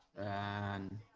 and